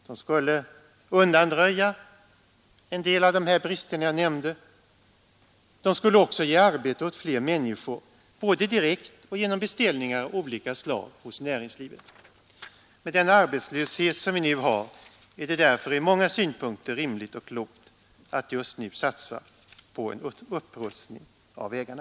De skulle undanröja en del av de brister jag nämnde. De skulle också ge arbete åt fler människor, både direkt och genom beställningar av olika slag hos näringslivet. Med den arbetslöshet som vi nu har är det därför ur många synpunkter rimligt och klokt att just nu satsa på en upprustning av vägarna.